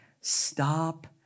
stop